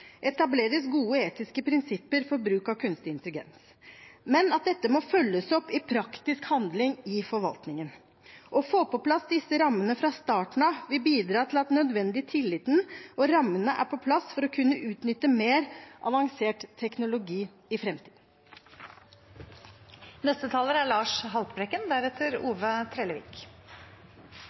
etableres gode etiske prinsipper for bruk av kunstig intelligens, men dette må følges opp i praktisk handling i forvaltningen. Å få på plass disse rammene fra starten av vil bidra til at den nødvendige tilliten og rammene er på plass for å kunne utnytte mer avansert teknologi i framtiden. SV er